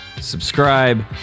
subscribe